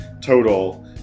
total